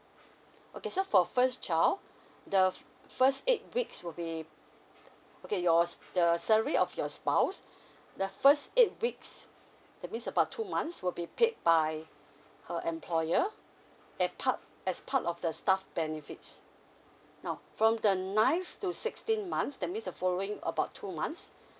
okay so for first child the first eight weeks will be okay yours the salary of your spouse the first eight weeks that means about two months will be paid by her employer at part as part of the staff benefits now from the uh ninth to sixteen months that means the following about two months